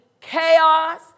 chaos